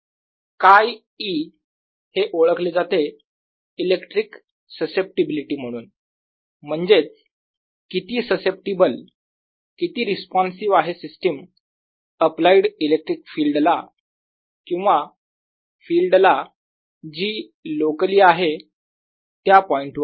𝝌e हे ओळखले जाते इलेक्ट्रिक ससेप्टिबिलिटी म्हणून म्हणजेच किती ससेप्टिबल किती रिस्पोन्सिव्ह आहे सिस्टीम अप्लाइड इलेक्ट्रिक फील्डला किंवा फिल्डला जी लोकली आहे त्या पॉईंटवर